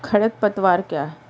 खरपतवार क्या है?